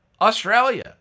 Australia